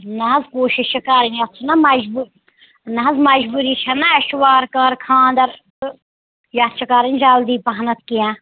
نہٕ حظ کوٗشِش چھِ کرٕنۍ یَتھ چھِنَہ مجبوٗ نہٕ حظ مجبوٗری چھَنَہ اَسہِ چھُ وارٕ کارٕ خاندَر تہٕ یَتھ چھِ کَرٕنۍ جلدی پَہمَتھ کیٚنٛہہ